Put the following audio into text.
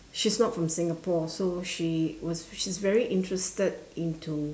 she's not from singapore so she was she's very interested into